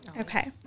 Okay